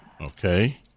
okay